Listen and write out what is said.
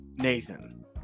nathan